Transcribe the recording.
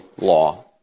law